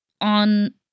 on